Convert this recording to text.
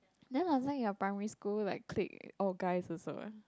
then Hao-Zheng your primary school like clique all guys also ah